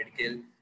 medical